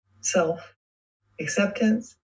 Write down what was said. self-acceptance